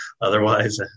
otherwise